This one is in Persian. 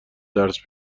درس